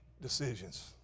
decisions